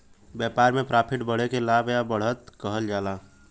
व्यापार में प्रॉफिट बढ़े के लाभ या बढ़त कहल जाला